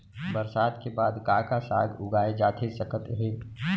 बरसात के बाद का का साग उगाए जाथे सकत हे?